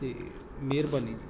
ਅਤੇ ਮਿਹਰਬਾਨੀ ਜੀ